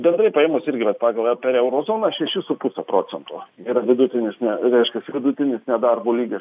bendrai paėmus irgi vat pagal e per euro zoną šeši su puse procento yra vidutinis ne reiškias vidutinis nedarbo lygis